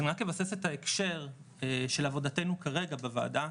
אבסס את ההקשר של עבודתנו כרגע בוועדה,